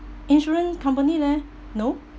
insurance company leh no